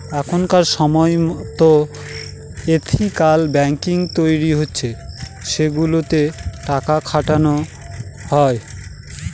এখনকার সময়তো ethical banking তৈরী হচ্ছে সেগুলোতে টাকা খাটানো হয়